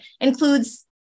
includes